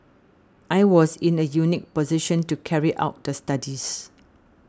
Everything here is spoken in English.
I was in a unique position to carry out the studies